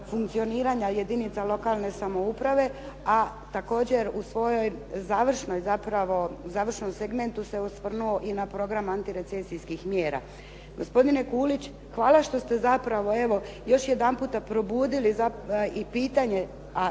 funkcioniranja jedinica lokalne samouprave, a također u svom završnom segmentu se osvrnuo i na program antirecesijskih mjera. Gospodine Gulić, hvala što ste zapravo evo, još jedanputa probudili i pitanje,